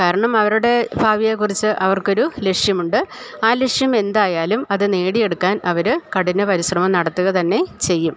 കാരണം അവരുടെ ഭാവിയെക്കുറിച്ച് അവർക്കൊരു ലക്ഷ്യമുണ്ട് ആ ലക്ഷ്യം എന്തായാലും അത് നേടിയെടുക്കാൻ അവര് കഠിന പരിശ്രമം നടത്തുകതന്നെ ചെയ്യും